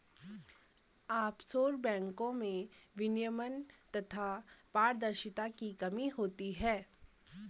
offshore बैंको में विनियमन तथा पारदर्शिता की कमी होती है